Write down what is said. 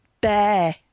bear